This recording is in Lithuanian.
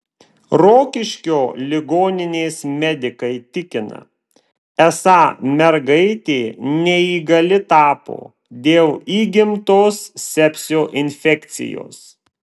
rokiškio ligoninės medikai tikina esą mergaitė neįgali tapo dėl įgimtos sepsio infekcijos